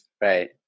Right